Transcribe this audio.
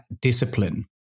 discipline